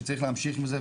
שצריך להמשיך עם זה,